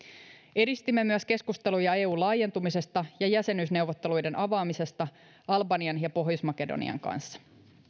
edistimme myös keskusteluja eun laajentumisesta ja jäsenyysneuvotteluiden avaamista albanian ja pohjois makedonian kanssa